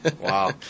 Wow